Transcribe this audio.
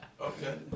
okay